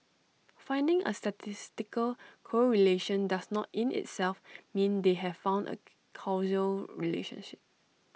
finding A statistical correlation does not in itself mean they have found A causal relationship